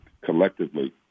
collectively